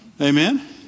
Amen